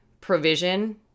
provision